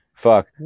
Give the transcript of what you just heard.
Fuck